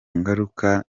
ngaruka